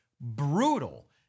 brutal